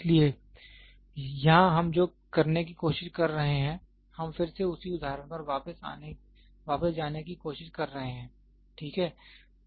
इसलिए यहां हम जो करने की कोशिश कर रहे हैं हम फिर से उसी उदाहरण पर वापस जाने की कोशिश कर रहे हैं ठीक है